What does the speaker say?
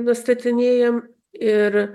nustatinėjam ir